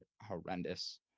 horrendous